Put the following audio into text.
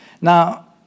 Now